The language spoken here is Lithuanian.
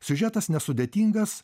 siužetas nesudėtingas